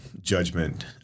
judgment